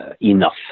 enough